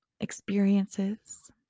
experiences